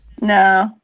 No